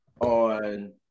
on